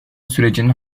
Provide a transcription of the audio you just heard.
sürecinin